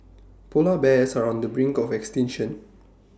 Polar Bears are on the brink of extinction